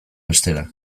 bestera